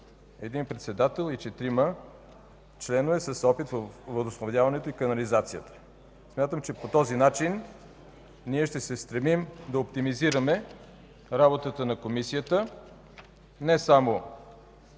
един председател и четирима членове с опит във водоснабдяването и канализацията. Смятам, че по този начин ще се стремим да оптимизираме работата на Комисията – не само